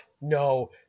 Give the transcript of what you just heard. no